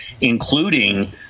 including